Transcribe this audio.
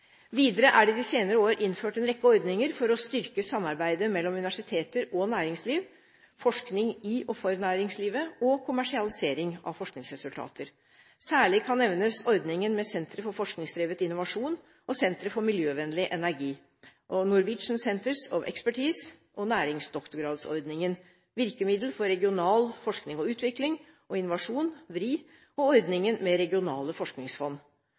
Videre er det i de senere år innført en rekke ordninger for å styrke samarbeidet mellom universiteter og næringsliv, forskning i og for næringslivet og kommersialisering av forskningsresultater. Særlig kan nevnes ordningen med Sentre for forskningsdrevet innovasjon og Forskningssentre for miljøvennlig energi, Norwegian Centres of Expertise, Nærings-ph.d.-ordningen, virkemiddel for regional FoU og innovasjon, VRI, og ordningen med regionale forskningsfond.